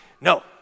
No